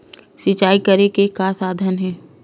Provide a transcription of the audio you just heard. सिंचाई करे के का साधन हे?